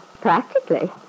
Practically